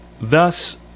Thus